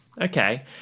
Okay